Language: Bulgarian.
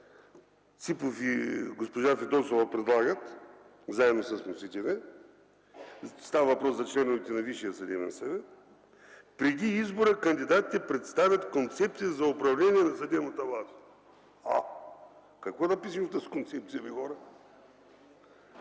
Ципов и госпожа Фидосова предлагат заедно с вносителя – става въпрос за членовете на Висшия съдебен съвет, „преди избора кандидатите представят концепция за управление на съдебната власт”. А какво да пишем в тази концепция, бе хора?